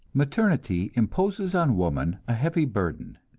maternity imposes on woman a heavy burden,